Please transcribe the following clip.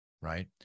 right